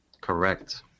Correct